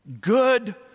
Good